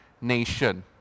nation